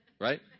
right